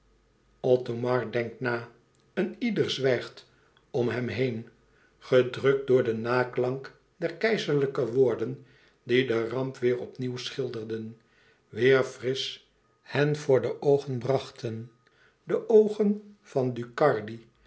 othomar denkt na een ieder zwijgt om hem heen gedrukt door den naklank der keizerlijke woorden die de ramp weêr opnieuw schilderden weêr frisch hen voor de oogen brachten de oogen van ducardi